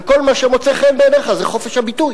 וכל מה שמוצא חן בעיניך זה חופש הביטוי.